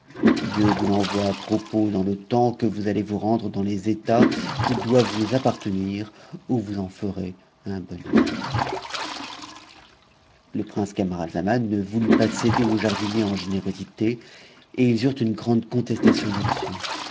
dieu vous l'envoie à propos dans le temps que vous allez oas rendre dans les états qui doivent vous appartenir où vous en ferez un bon usage a le prince camaralzaman ne voulut pas céder au jardinier engénérosite et ils eurent une grande contestation